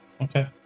Okay